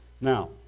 Now